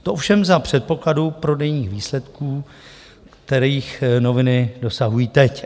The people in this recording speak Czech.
To ovšem za předpokladu prodejních výsledků, kterých noviny dosahují teď.